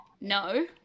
No